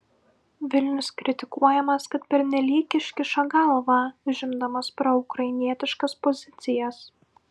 vilnius kritikuojamas kad pernelyg iškiša galvą užimdamas proukrainietiškas pozicijas